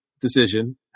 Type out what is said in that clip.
decision